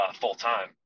full-time